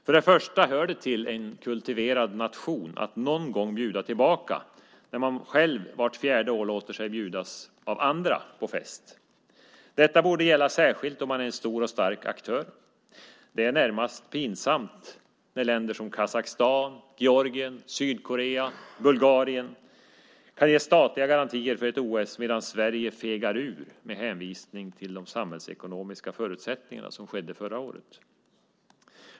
För det första hör det till en kultiverad nation att någon gång bjuda tillbaka när man själv vart fjärde år låter sig bjudas av andra på fest. Detta borde gälla särskilt om man är en stor och stark aktör. Det är närmast pinsamt när länder som Kazakstan, Georgien, Sydkorea och Bulgarien kan ge statliga garantier för ett OS medan Sverige fegar ur med hänvisning till de samhällsekonomiska förutsättningarna, såsom skedde förra året.